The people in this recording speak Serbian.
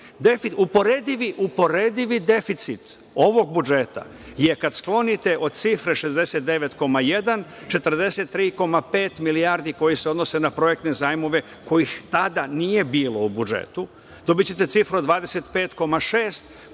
Uporedivi deficit ovog budžeta je, kada sklonite od cifre 69,1 - 43,5 milijardi koje se odnose na projektne zajmove, kojih tada nije bilo u budžetu, dobićete cifru od 25,6,